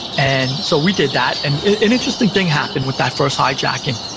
and so we did that an interesting thing happened with that first hijacking.